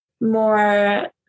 more